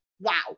wow